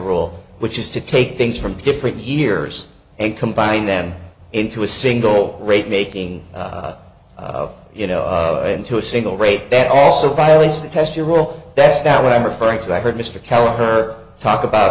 role which is to take things from different hears and combine them into a single rate making you know into a single rate that also violates the test you will that's now what i'm referring to i heard mr carroll her talk about